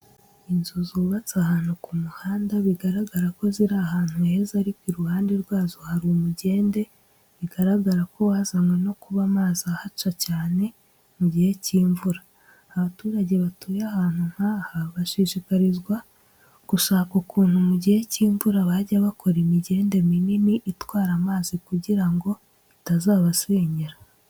Inzu zubatse ahantu ku muhanda, biragaragara ko ziri ahantu heza ariko iruhande rwazo hari umugende bigaragara ko wazanywe no kuba amazi ahaca cyane mu gihe cy'imvura. Abaturage batuye ahantu nk'aha bashishikarizwa gushaka ukuntu mu gihe cy'imvura bajya bakora imigende minini itwara amazi kugira ngo itazabasenyera.